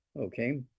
okay